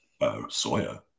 soya